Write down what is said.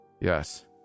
Yes